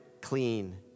clean